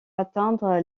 atteindre